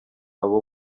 abo